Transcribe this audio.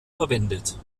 verwendet